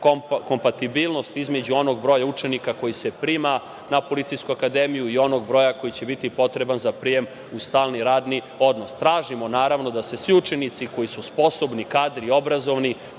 između onog broja učenika koji se prima na Policijsku akademiju i onog broja koji će biti potreban za prijem u stalni radni odnos. Tražimo, naravno, da se svi učenici koji su sposobni, kadri i obrazovani,